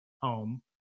home